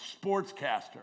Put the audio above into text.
sportscaster